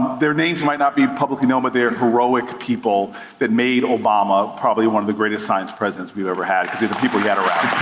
their names might not be publicly known, but they are heroic people that made obama probably one of the greatest science presidents we've ever had, due to the people he had around.